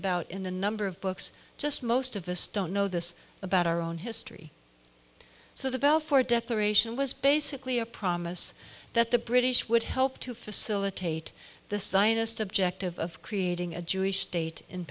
about in a number of books just most of us don't know this about our own history so the balfour declaration was basically a promise that the british would help to facilitate the scientist objective of creating a jewish state in